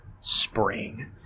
spring